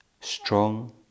strong